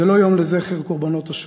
זה לא יום לזכר קורבנות השואה.